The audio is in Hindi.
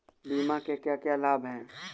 बीमा के क्या क्या लाभ हैं?